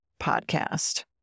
podcast